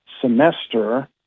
semester